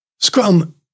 Scrum